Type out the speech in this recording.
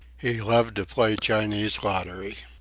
he loved to play chinese lottery.